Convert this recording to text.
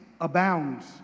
abounds